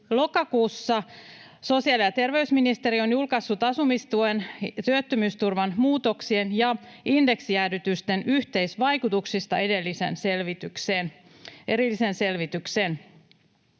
Lokakuussa sosiaali- ja terveysministeriö on julkaissut asumistuen ja työttömyysturvan muutoksien ja indeksijäädytysten yhteisvaikutuksista erillisen selvityksen,